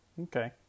Okay